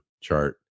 chart